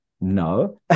no